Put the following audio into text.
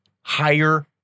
higher